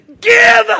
Give